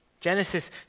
Genesis